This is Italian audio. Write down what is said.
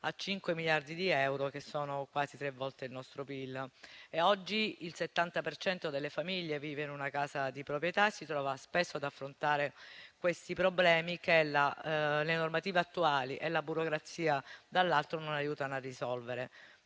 a 5 miliardi di euro, che sono quasi tre volte il nostro PIL. Oggi il 70 per cento delle famiglie vive in una casa di proprietà e si trova spesso ad affrontare questi problemi che le normative attuali e la burocrazia non aiutano a risolvere.